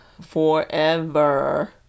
forever